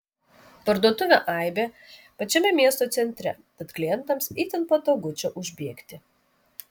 parduotuvė aibė pačiame miesto centre tad klientams itin patogu čia užbėgti